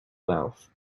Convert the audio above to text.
mouth